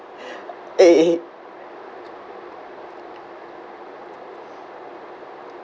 eh